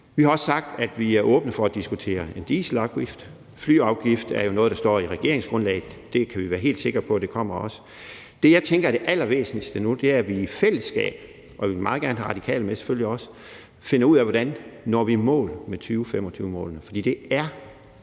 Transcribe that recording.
Vi har også sagt , at vi er åbne over for at diskutere en dieselafgift, og en flyafgift er noget, der også står i regeringsgrundlaget. Det kan vi også være helt sikre på også kommer. Det, jeg tænker er det allervæsentligste nu, er, at vi i fællesskab – og vi vil selvfølgelig også meget gerne have De Radikale med – finder ud af, hvordan vi når i mål med 2025-målet. For det er